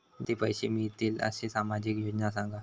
जास्ती पैशे मिळतील असो सामाजिक योजना सांगा?